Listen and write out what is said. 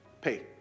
Pay